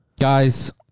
Guys